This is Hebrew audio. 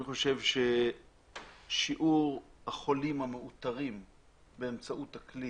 אני חושב ששיעור החולים המאותרים באמצעות הכלי